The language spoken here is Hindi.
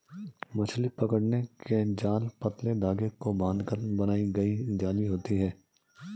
मछली पकड़ने के जाल पतले धागे को बांधकर बनाई गई जाली होती हैं